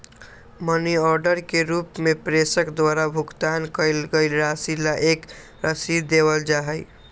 money order के रूप में प्रेषक द्वारा भुगतान कइल गईल राशि ला एक रसीद देवल जा हई